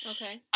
Okay